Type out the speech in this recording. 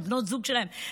לבנות הזוג שלהם,